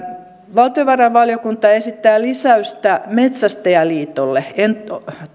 valtiovarainvaliokunta esittää lisäystä metsästäjäliitolle en